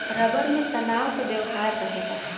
rubber में तनाव क व्यवहार रहेला